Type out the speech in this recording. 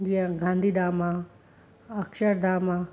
जीअं गांधी धाम आहे अक्षरधाम आहे